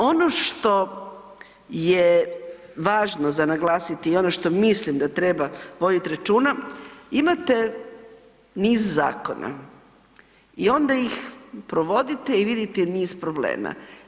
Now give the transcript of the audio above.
Ono što je važno za naglasiti i ono što mislim da treba voditi računa, imate niz zakona i onda ih provodite i vidite niz problema.